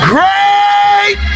Great